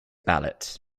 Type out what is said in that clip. ballot